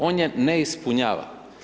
On je ne ispunjava.